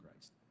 Christ